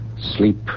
Sleep